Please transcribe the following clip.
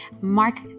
Mark